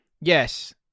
Yes